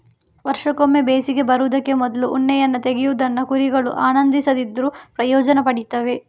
ವರ್ಷಕ್ಕೊಮ್ಮೆ ಬೇಸಿಗೆ ಬರುದಕ್ಕೆ ಮೊದ್ಲು ಉಣ್ಣೆಯನ್ನ ತೆಗೆಯುವುದನ್ನ ಕುರಿಗಳು ಆನಂದಿಸದಿದ್ರೂ ಪ್ರಯೋಜನ ಪಡೀತವೆ